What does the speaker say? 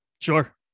Sure